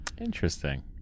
Interesting